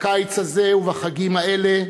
בקיץ הזה ובחגים האלה,